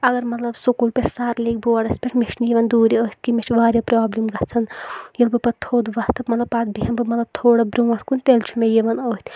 اَگر مطلب سکوٗل پؠٹھ سَر لؠکھِ بوڈس پؠٹھ مےٚ چھنہٕ یِوان دوٗرِ أتھۍ کینٛہہ مےٚ چھ واریاہ پرابلِم گژھان ییٚلہِ بہٕ پَتہٕ تھوٚد وَتھٕ مطلب پَتہٕ بیٚھمہٕ بہٕ تھوڑا برٛونٹھ کُن تیٚلہِ چھُ مےٚ یِوان أتھۍ